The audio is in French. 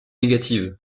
négative